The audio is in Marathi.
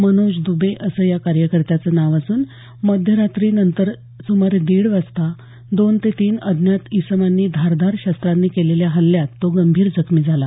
मनोज दबे असं या कार्यकर्त्याचं नाव असून मध्यरात्री नंतर सुमारे दीड वाजेदरम्यान दोन ते तीन अज्ञात इसमांनी धारदार शस्त्रांनी केलेल्या हल्ल्यात तो गंभीर जखमी झाला